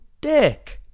dick